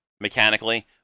mechanically